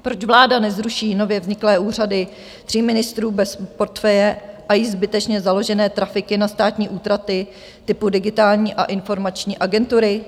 Proč vláda nezruší nově vzniklé úřady tří ministrů bez portfeje a již zbytečně založené trafiky na státní útraty typu Digitální a informační agentury?